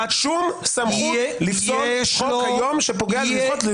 שום זכות לפסול חוק שפוגע בזכות לבחור,